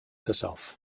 herself